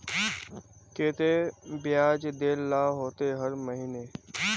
केते बियाज देल ला होते हर महीने?